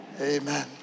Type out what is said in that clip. Amen